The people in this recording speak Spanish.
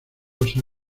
osa